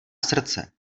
srdce